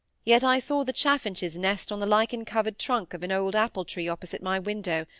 yet i saw the chaffinch's nest on the lichen-covered trunk of an old apple-tree opposite my window,